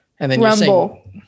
Rumble